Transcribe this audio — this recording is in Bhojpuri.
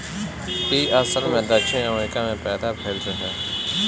इ असल में दक्षिण अमेरिका में पैदा भइल रहे